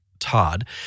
Todd